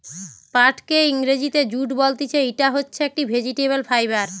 পাটকে ইংরেজিতে জুট বলতিছে, ইটা হচ্ছে একটি ভেজিটেবল ফাইবার